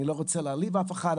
אני לא רוצה להעליב אף אחד,